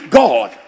god